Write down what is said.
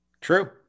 True